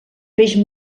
peix